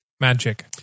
Magic